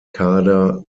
kader